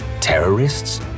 Terrorists